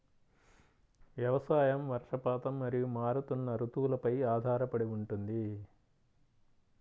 వ్యవసాయం వర్షపాతం మరియు మారుతున్న రుతువులపై ఆధారపడి ఉంటుంది